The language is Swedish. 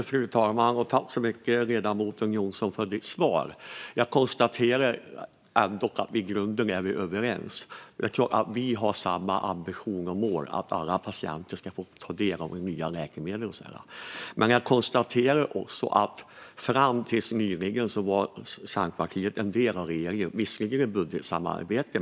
Fru talman! Tack så mycket för ditt svar, ledamoten Jonsson! Jag konstaterar att vi i grunden är överens. Jag tror att vi har samma ambition och mål: att alla patienter ska få ta del av de nya läkemedlen. Men jag konstaterar också att Centerpartiet fram till nyligen var en del av regeringen, visserligen när det gäller budgetsamarbetet.